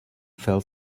fell